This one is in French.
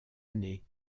année